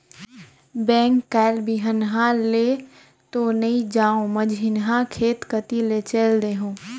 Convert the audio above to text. bank कायल बिहन्हा ले तो नइ जाओं, मझिन्हा खेत कति ले चयल देहूँ